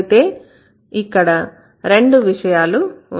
అయితే ఇక్కడ రెండు విషయాలు ఉన్నాయి